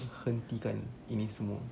hentikan ini semua